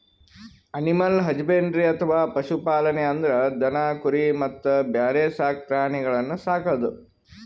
animal husbandry ಅಥವಾ ಪಶು ಪಾಲನೆ ಅಂದ್ರ ದನ ಕುರಿ ಮತ್ತ್ ಬ್ಯಾರೆ ಸಾಕ್ ಪ್ರಾಣಿಗಳನ್ನ್ ಸಾಕದು